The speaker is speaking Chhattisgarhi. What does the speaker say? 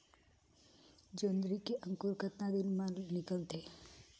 जोंदरी के अंकुर कतना दिन मां निकलथे?